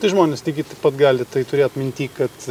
tai žmonės tai gi taip pat gali tai turėt minty kad